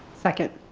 second.